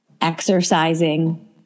exercising